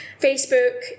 Facebook